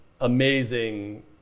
amazing